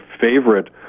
favorite